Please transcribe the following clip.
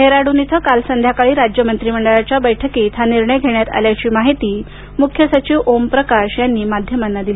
डेहराडून इथं काल संध्याकाळी राज्य मंत्रीमंडळाच्या बैठकीत हा निर्णय घेण्यात आल्याची माहिती मुख्य सचिव ओम प्रकाश यांनी माध्यमांना दिली